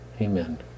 Amen